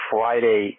Friday